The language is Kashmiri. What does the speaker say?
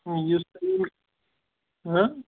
یُس تۄہہِ